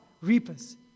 reapers